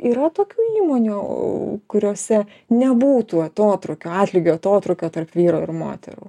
yra tokių įmonių kuriose nebūtų atotrūkio atlygio atotrūkio tarp vyro ir moterų